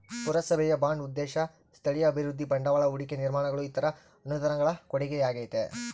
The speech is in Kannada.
ಪುರಸಭೆಯ ಬಾಂಡ್ ಉದ್ದೇಶ ಸ್ಥಳೀಯ ಅಭಿವೃದ್ಧಿ ಬಂಡವಾಳ ಹೂಡಿಕೆ ನಿರ್ಮಾಣಗಳು ಇತರ ಅನುದಾನಗಳ ಕೊಡುಗೆಯಾಗೈತೆ